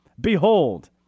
Behold